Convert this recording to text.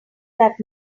that